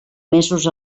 mesos